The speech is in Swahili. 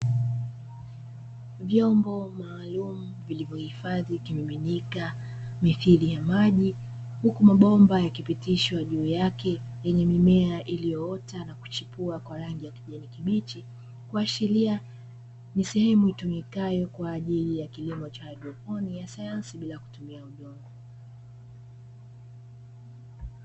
Vyombo maalumu vilivyohifadhi kimiminika mithili ya maji, huku mabomba yakipitishwa juu yake yenye mimea iliyoota na kuchipua kwa rangi ya kijani kibichi, kuashiria ni sehemu itumikayo kwa ajili ya kilimo cha haidroponi ya sayansi bila kutumia udongo.